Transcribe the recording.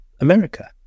America